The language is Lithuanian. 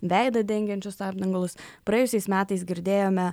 veidą dengiančius apdangalus praėjusiais metais girdėjome